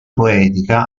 poetica